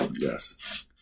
Yes